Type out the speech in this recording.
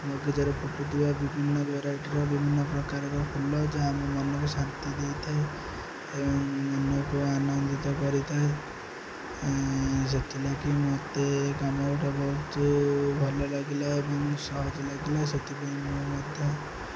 ବଗିଚାରେ ଫୁଟୁଥିବା ବିଭିନ୍ନ ଭେରାଇଟିର ବିଭିନ୍ନ ପ୍ରକାରର ଫୁଲ ଯାହା ଆମ ମନକୁ ଶାନ୍ତି ଦେଇଥାଏ ଏବଂ ମନକୁ ଆନନ୍ଦିତ କରିଥାଏ ସେଥିଲାଗି ମୋତେ କାମଟା ବହୁତ ଭଲ ଲାଗିଲା ଏବଂ ସହଜ ଲାଗିଲା ସେଥିପାଇଁ ମୁଁ ମଧ୍ୟ